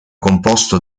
composto